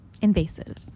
invasive